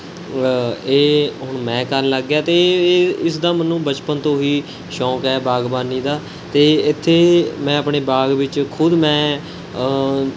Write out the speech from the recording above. ਇਹ ਹੁਣ ਮੈਂ ਕਰਨ ਲੱਗ ਗਿਆ ਅਤੇ ਇਹ ਇਹ ਇਸਦਾ ਮੈਨੂੰ ਬਚਪਨ ਤੋਂ ਹੀ ਸ਼ੌਂਕ ਹੈ ਬਾਗ਼ਬਾਨੀ ਦਾ ਅਤੇ ਇੱਥੇ ਮੈਂ ਆਪਣੇ ਬਾਗ਼ ਵਿੱਚ ਖ਼ੁਦ ਮੈਂ